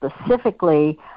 specifically